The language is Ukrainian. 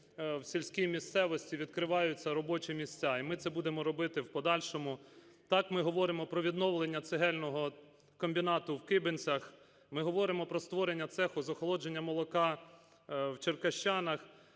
в сільській місцевості відкриваються робочі місця. І ми це будемо робити в подальшому. Так ми говоримо про відновлення цегельного комбінату в Кибинцях, ми говоримо про створення цеху з охолодження молока у Черкащанах,